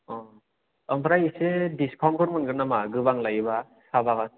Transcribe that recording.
अह ओमफ्राय एसे दिसकाउन्टफोर मोनगोन नामा गोबां लायोबा साहपाटआ